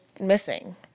missing